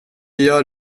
gör